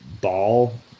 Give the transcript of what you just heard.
Ball